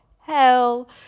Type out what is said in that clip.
hell